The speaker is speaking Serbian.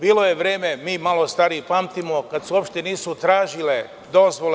Bilo je vreme, mi malo stariji pamtimo, kada se uopšte nisu tražile dozvole.